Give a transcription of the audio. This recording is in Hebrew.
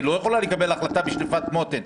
היא לא יכולה לקבל החלטה בשליפת מותן.